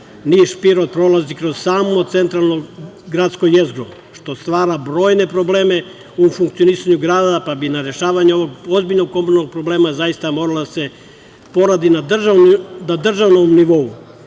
Niš-Pirot prolazi kroz samo centralno gradsko jezgro. To stvara brojne probleme u funkcionisanju grada, pa bi na rešavanju ovog ozbiljnog komunalnog problema moralo da se poradi na državnom nivou,